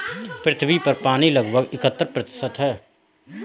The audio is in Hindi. पृथ्वी पर पानी लगभग इकहत्तर प्रतिशत है